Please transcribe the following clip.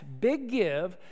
BIGGIVE